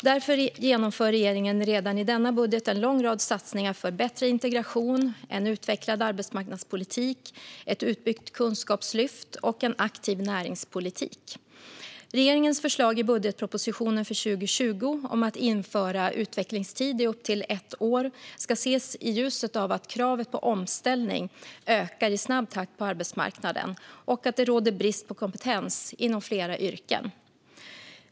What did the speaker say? Därför genomför regeringen redan i denna budget en lång rad satsningar för bättre integration, en utvecklad arbetsmarknadspolitik, ett utbyggt kunskapslyft och en aktiv näringspolitik. Regeringens förslag i budgetpropositionen för 2020 om att införa utvecklingstid i upp till ett år ska ses i ljuset av att kraven på omställning ökar i snabb takt på arbetsmarknaden och att det råder brist på kompetens inom flera yrken.